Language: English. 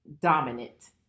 dominant